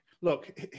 look